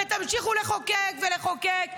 ותמשיכו לחוקק ולחוקק,